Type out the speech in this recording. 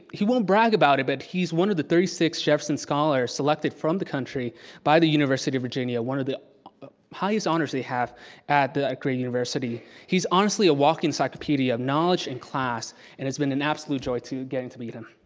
he won't brag about it but he's one of the thirty six jefferson scholars selected from country by the university of virginia, one of the highest honors they have at that great university. he's honestly a walking encyclopedia of knowledge and class and has been an absolute joy to getting to meet him.